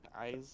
Eyes